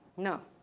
no,